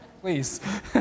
please